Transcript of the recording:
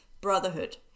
brotherhood